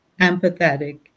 empathetic